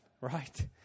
right